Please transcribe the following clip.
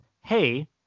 hey